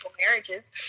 marriages